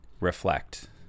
reflect